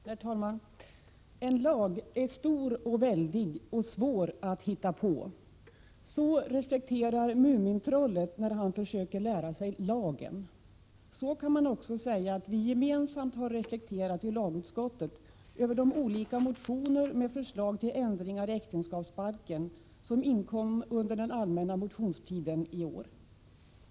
Herr talman! ”En lag är stor och väldig och svår att hitta på.” Så reflekterar Mumintrollet när han försöker lära sig lagen. Så kan man också säga att vi gemensamt har reflekterat i lagutskottet över de olika motioner med förslag till ändringar i äktenskapsbalken som inkom under den allmänna motionstiden i år.